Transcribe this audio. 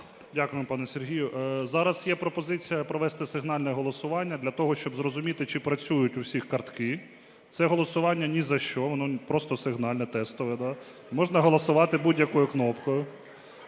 Дякую, пане Сергію. Зараз є пропозиція провести сигнальне голосування для того, щоб зрозуміти чи працюють в усіх картки. Це голосування ні за що, воно просто сигнальне, тестове. Можна голосувати будь-якою кнопкою,